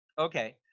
Okay